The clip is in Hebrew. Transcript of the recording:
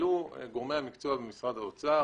העלו גורמי המקצוע במשרד האוצר